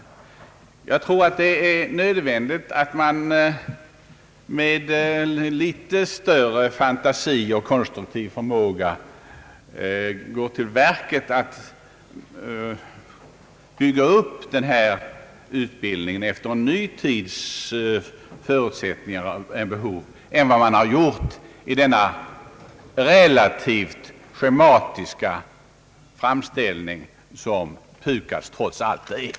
Det är nödvändigt att med större fantasi och konstruktiv förmåga gå till verket att bygga upp den här utbildningen efter en ny tids förutsättningar och behov, än som gjorts i den relativt schematiska framställning som PUKAS trots allt är.